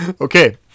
Okay